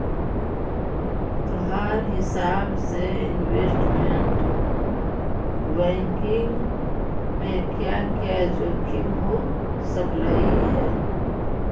तोहार हिसाब से इनवेस्टमेंट बैंकिंग में क्या क्या जोखिम हो सकलई हे